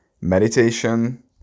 meditation